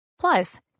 Plus